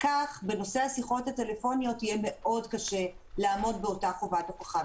כך בנושא השיחות הטלפוניות יהיה מאוד קשה לעמוד באותה חובת ההוכחה.